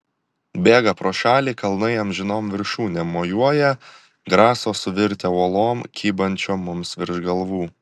bėga pro šalį kalnai amžinom viršūnėm mojuoja graso suvirtę uolom kybančiom mums virš galvų